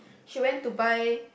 she went to buy